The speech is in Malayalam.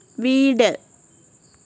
വീട്